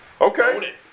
Okay